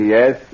Yes